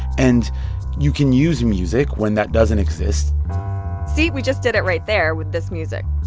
and you can use music when that doesn't exist see, we just did it right there with this music.